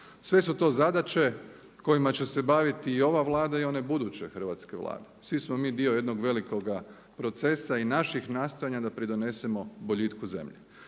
Sve su to zadaće kojima će se baviti i ova Vlada i one buduće hrvatske Vlade. Svi smo mi dio jednog velikoga procesa i naših nastojanja da pridonesemo boljitku zemlje.